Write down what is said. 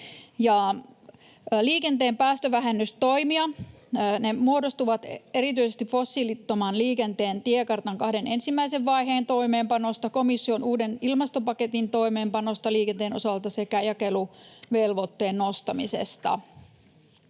Liikenteen päästövähennystoimet muodostuvat erityisesti fossiilittoman liikenteen tiekartan kahden ensimmäisen vaiheen toimeenpanosta, komission uuden ilmastopaketin toimeenpanosta liikenteen osalta sekä jakeluvelvoitteen nostamisesta.